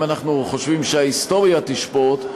אם אנחנו חושבים שההיסטוריה תשפוט,